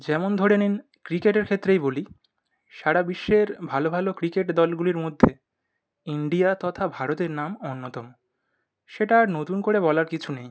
যেমন ধরে নিন ক্রিকেটের ক্ষেত্রেই বলি সারা বিশ্বের ভালো ভালো ক্রিকেট দলগুলির মধ্যে ইন্ডিয়া তথা ভারতের নাম অন্যতম সেটা আর নতুন করে বলার কিছু নেই